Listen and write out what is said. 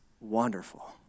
wonderful